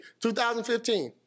2015